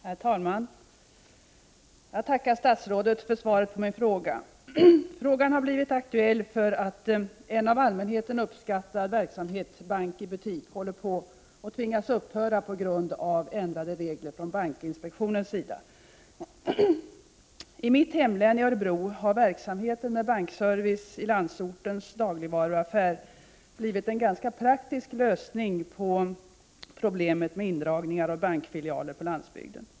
Herr talman! Jag tackar statsrådet för svaret på min fråga. Frågan har blivit aktuell därför att en av allmänheten uppskattad verksamhet, ”bank i butik”, håller på att tvingas upphöra på grund av ändrade regler från bankinspektionens sida. I mitt hemlän, Örebro, har verksamheten med bankservice i landsortens dagligvaruaffär blivit en ganska praktisk lösning på problemet med indragning av bankfilialer på landsbygden.